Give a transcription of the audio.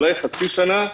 אולי חצי שנה,